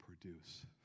produce